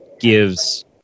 gives